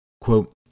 Quote